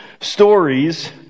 stories